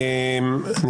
אני